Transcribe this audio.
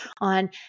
on